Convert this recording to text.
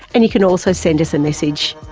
and you can also send us a message.